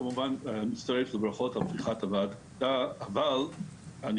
כמובן אני מצטרך לברכות לפתיחת הוועדה אבל אני